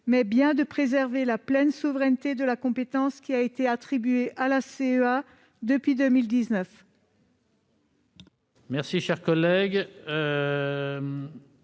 mais bien de préserver la pleine souveraineté de la compétence qui a été attribuée à la CEA depuis 2019. Les deux